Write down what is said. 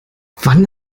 wann